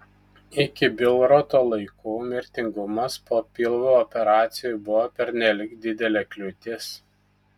iki bilroto laikų mirtingumas po pilvo operacijų buvo pernelyg didelė kliūtis